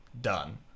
done